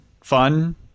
Fun